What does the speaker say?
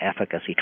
efficacy